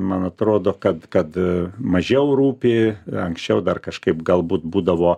man atrodo kad kad mažiau rūpi anksčiau dar kažkaip galbūt būdavo